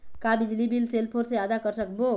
का बिजली bill cell phone से आदा कर सकबो?